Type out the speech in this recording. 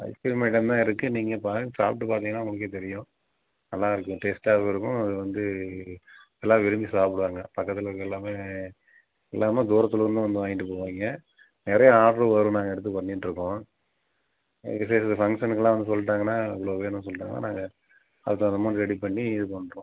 ice cream item தான் இருக்குது நீங்கள் பா சாப்பிட்டு பார்த்தீங்கன்னா உங்களுக்கே தெரியும் நல்லாயிருக்கும் டேஸ்ட்டாகவும் இருக்கும் அது வந்து எல்லாம் விரும்பி சாப்பிடுவாங்க பக்கத்திலுக்கற எல்லாமே இல்லாமல் தூரத்துலிருந்து வந்து வாங்கிட்டு போவாங்க நிறைய ஆட்ரு வரும் நாங்கள் எடுத்து பண்ணிகிட்டுருக்கோம் எங்கள் ஃபங்க்ஷனுக்குலாம் வந்து சொல்லிட்டாங்கன்னா இவ்வளோ வேணும்னு சொல்லிட்டாங்கன்னா நாங்கள் அதுக்கு தகுந்த அமௌண்ட் ரெடி பண்ணி இது பண்ணுறோம்